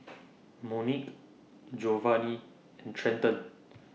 Monique Jovany and Trenton